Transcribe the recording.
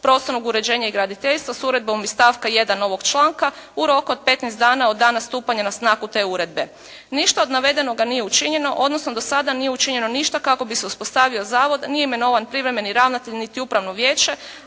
prostornog uređenja i graditeljstva s uredbom iz stavka 1. ovog članka u roku od 15 dana od dana stupanja na snagu te uredbe. Ništa od navedenoga nije učinjeno, odnosno do sada nije učinjeno ništa kako bi se uspostavio zavod, nije imenovan privremeni ravnatelj niti upravno vijeće,